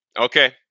Okay